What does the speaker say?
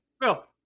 Bill